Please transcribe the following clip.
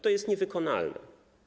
To jest niewykonalne.